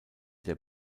der